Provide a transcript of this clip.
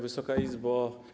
Wysoka Izbo!